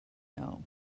know